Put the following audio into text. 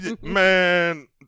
Man